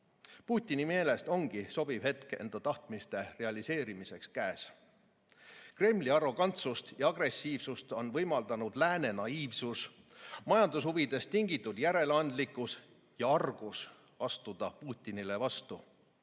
Putini meelest ongi sobiv hetk enda tahtmiste realiseerimiseks käes. Kremli arrogantsust ja agressiivsust on võimaldanud lääne naiivsus, majandushuvidest tingitud järeleandlikkus ja argus astuda Putinile vastu.